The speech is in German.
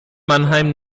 mannheim